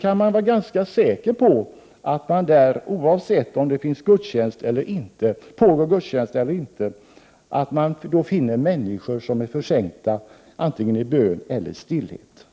kan man vara ganska säker på att där, oavsett 5 Prot. 1988/89:126 <<om det pågår gudstjänst eller inte, finna människor som är försänkta i bön 1 juni 1989 eller stillhet.